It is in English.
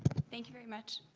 thank you very much.